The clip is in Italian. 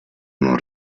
non